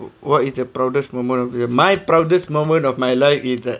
wh~ what is the proudest moment of your my proudest moment of my life is that